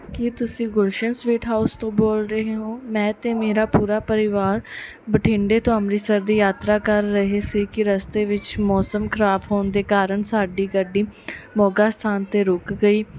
ਕੀ ਤੁਸੀਂ Gulshan sweet house ਤੋਂ ਬੋਲ ਰਹੇ ਹੋ ਮੈਂ ਤੇ ਮੇਰਾ ਪੂਰਾ ਪਰਿਵਾਰ ਬਠਿੰਡੇ ਤੋਂ ਅੰਮ੍ਰਿਤਸਰ ਦੀ ਯਾਤਰਾ ਕਰ ਰਹੇ ਸੀ ਕਿ ਰਸਤੇ ਵਿੱਚ ਮੌਸਮ ਖਰਾਬ ਹੋਣ ਦੇ ਕਾਰਨ ਸਾਡੀ ਗੱਡੀ ਮੋਗਾ ਸਥਾਨ ਤੇ ਰੁੱਕ ਗਈ